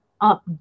up